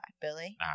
Billy